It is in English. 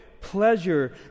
pleasure